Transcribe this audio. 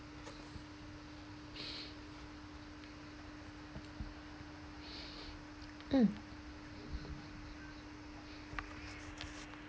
mm